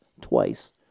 twice